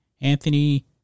Anthony